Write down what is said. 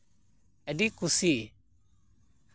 ᱟᱹᱰᱤ ᱠᱩᱥᱤ